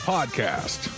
Podcast